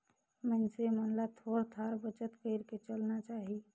मइनसे मन ल थोर थार बचत कइर के चलना चाही